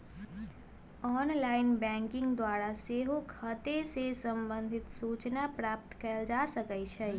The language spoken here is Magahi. ऑनलाइन बैंकिंग द्वारा सेहो खते से संबंधित सूचना प्राप्त कएल जा सकइ छै